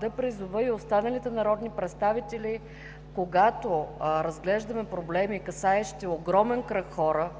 да призова и останалите народни представители, когато разглеждаме проблеми, касаещи огромен кръг хора,